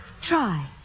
Try